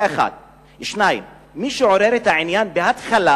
2. מי שעורר את העניין בהתחלה